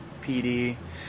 pd